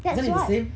isn't it the same